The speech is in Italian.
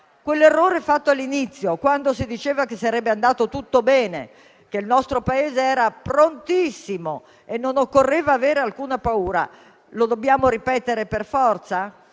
Quell'errore fatto all'inizio, quando si diceva che sarebbe andato tutto bene, che il nostro Paese era prontissimo e non occorreva avere alcuna paura, lo dobbiamo ripetere per forza